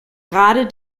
gerade